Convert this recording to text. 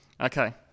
Okay